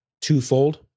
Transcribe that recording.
Twofold